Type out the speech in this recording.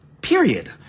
period